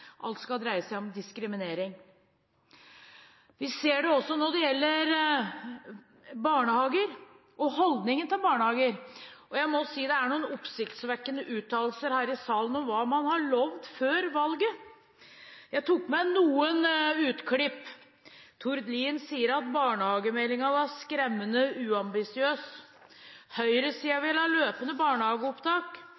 alt skal dreie seg om diskriminering. Vi ser det også når det gjelder barnehager og holdningen til barnehager, og jeg må si det er noen oppsiktsvekkende uttalelser her i salen om hva man har lovet før valget. Jeg har tatt med noen avisutklipp. I ett av dem sier Tord Lien at barnehagemeldingen var skremmende